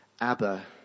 Abba